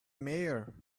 mayor